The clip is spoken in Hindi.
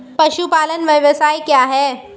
पशुपालन व्यवसाय क्या है?